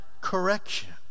correction